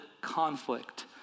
conflict